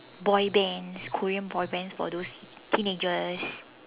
boy bands Korean boy bands for those teenagers